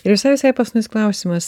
ir visai visai paskutinis klausimas sakyk